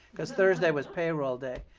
because thursday was payroll day.